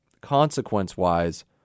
consequence-wise